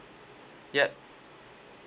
yup